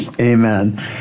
Amen